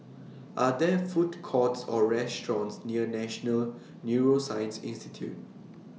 Are There Food Courts Or restaurants near National Neuroscience Institute